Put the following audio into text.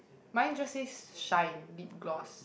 mine just says shine lip gloss